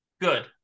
good